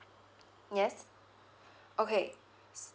yes okay